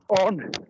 on